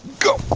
go!